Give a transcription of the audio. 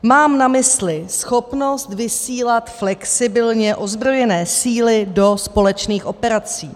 Mám na mysli schopnost vysílat flexibilně ozbrojené síly do společných operací.